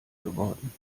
geworden